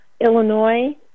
Illinois